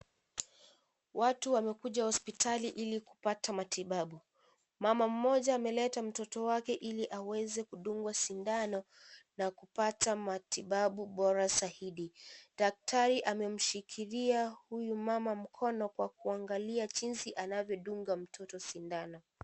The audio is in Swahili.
Watu wamekuja hospitali ilikupata matibabu, mama moja ameleta mtoto wake iliaweze kudungwa sindano na kupata matibabu bora zaidi, daktari amemshikilia huyu mama mkono kwa kuangalia jinsi anavyodunga mtoto sindano.